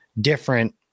different